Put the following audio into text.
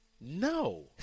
No